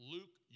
Luke